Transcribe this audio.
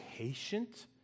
Patient